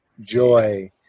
joy